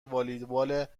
والیبال